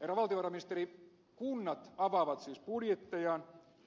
herra valtiovarainministeri kunnat avaavat siis budjettejaan